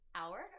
hour